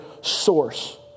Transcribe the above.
source